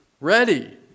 ready